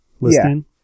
listing